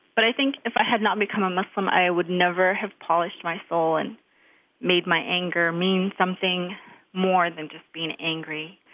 but i think, if i had not become a muslim, i would never have polished my soul and made my anger mean something more than just being angry.